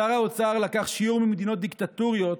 שר האוצר לקח שיעור ממדינות דיקטטוריות